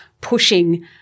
pushing